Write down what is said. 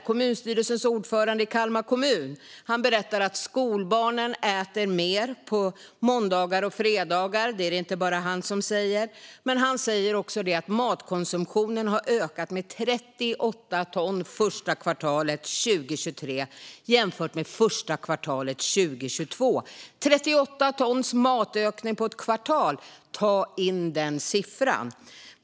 Kommunstyrelsens ordförande i Kalmar kommun berättar att skolbarnen äter mer på måndagar och fredagar, och det är inte bara han som säger det. Han säger också att matkonsumtionen ökade med 38 ton första kvartalet 2023 jämfört med första kvartalet 2022. En ökning med 38 ton på ett kvartal - ta in den siffran!